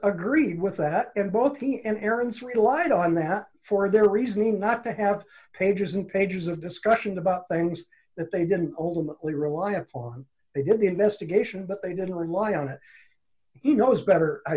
agree with that and both he and aaron's relied on that for their reasoning not to have pages and pages of discussions about things that they didn't ultimately rely upon they did the investigation but they didn't rely on it he knows better i